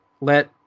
let